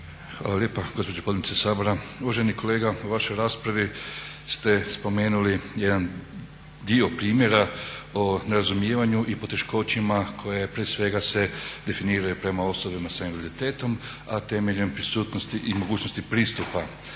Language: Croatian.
Hvala lijepa gospođo potpredsjednice Sabora. Uvaženi kolega u vašoj raspravi ste spomenuli jedan dio primjera o nerazumijevanju i poteškoćama koje se prije svega definiraju prema osobama s invaliditetom, a temeljem prisutnosti i mogućnosti pristupa